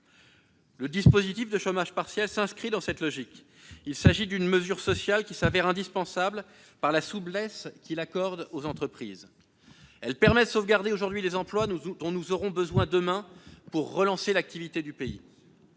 Le dispositif de chômage partiel s'inscrit dans cette logique. Il s'agit d'une mesure sociale qui s'avère indispensable par la souplesse qu'elle accorde aux entreprises. Elle permet de sauvegarder aujourd'hui les emplois dont nous aurons besoin demain pour relancer l'activité du pays.